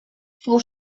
fou